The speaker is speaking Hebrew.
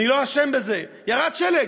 אני לא אשם בזה, ירד שלג.